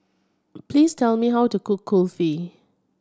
please tell me how to cook Kulfi